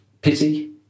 pity